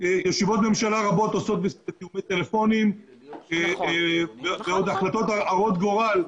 ישיבות ממשלה רבות עושות ישיבות בטלפונים ועוד החלטות הרות גורל,